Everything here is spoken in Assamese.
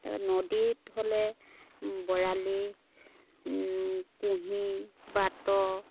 তাৰপৰা নদীত হ'লে বৰালি কুঁহি বাত